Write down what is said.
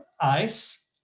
ice